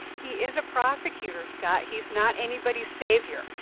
he is a prosecutor, scott. he's not anybody's savior.